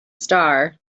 star